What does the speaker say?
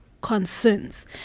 concerns